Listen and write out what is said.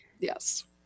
Yes